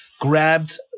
grabbed